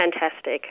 fantastic